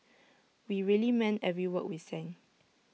we really meant every word we sang